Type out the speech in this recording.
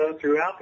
throughout